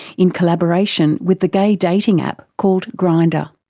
in collaboration with the gay dating app called grindr.